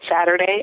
Saturday